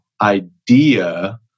idea